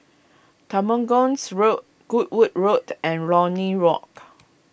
Temenggong Road Goodwood Road and Lornie Walk